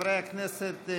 ברשות יושב-ראש הכנסת,